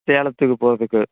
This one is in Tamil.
சேலத்துக்கு போகிறதுக்கு